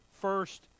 first